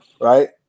Right